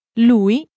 Lui